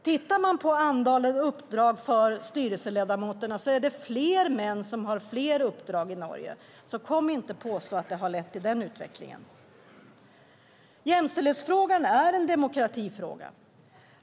Tittar man på antalet uppdrag för styrelseledamöterna är det fler män som har flera uppdrag i Norge. Så kom inte och påstå att det har lett till den utvecklingen! Jämställdhetsfrågan är en demokratifråga.